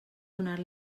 donar